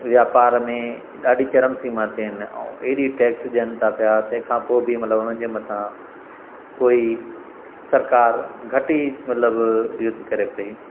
व्यापार में ॾाढी चरम सीमा ते आहिनि ऐं एॾी टेक्स ॾियनि था पिया तंहिंखा पोइ बि मतिलबु हुननि जे मथां कोई सरकार घटि ई मतिलबु इहो थी करे पई